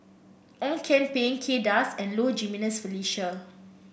Ong Kian Peng Kay Das and Low Jimenez Felicia